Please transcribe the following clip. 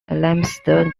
limestone